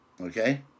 okay